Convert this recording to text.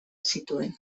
zituen